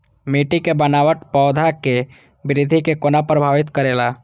मिट्टी के बनावट पौधा के वृद्धि के कोना प्रभावित करेला?